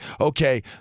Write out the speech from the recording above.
okay